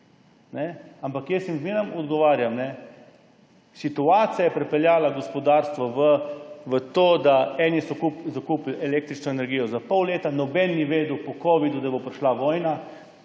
Ampak jaz jim zmeraj odgovarjam, da situacija je pripeljala gospodarstvo v to, da eni so zakupili električno energijo za pol leta, nihče ni vedel, da bo po covidu prišla vojna.